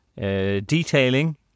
detailing